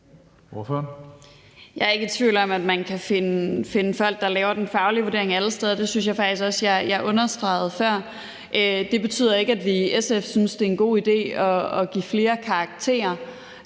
Jeg er ikke tvivl om, at man kan finde folk, der laver den faglige vurdering, alle steder, og det synes jeg faktisk også jeg understregede før. Det betyder ikke, at vi i SF synes, det er en god idé at give flere karakterer,